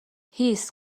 هیس